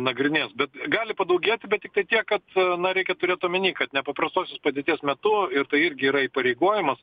nagrinės bet gali padaugėti bet tik tiek kad na reikia turėt omeny kad nepaprastosios padėties metu ir tai irgi yra įpareigojimas